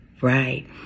right